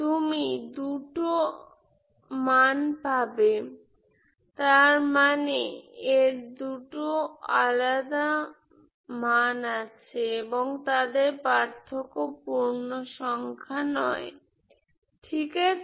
তুমি দুটো এর মান পাবে তার মানে এর দুটো মান আলাদা এবং তাদের পার্থক্য পূর্ণ সংখ্যা নয় ঠিক আছে